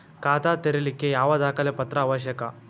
ಖಾತಾ ತೆರಿಲಿಕ್ಕೆ ಯಾವ ದಾಖಲೆ ಪತ್ರ ಅವಶ್ಯಕ?